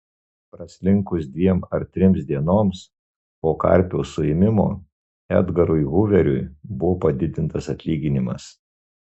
praslinkus dviem ar trims dienoms po karpio suėmimo edgarui huveriui buvo padidintas atlyginimas